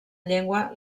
llengua